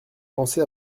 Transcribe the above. pensé